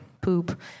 poop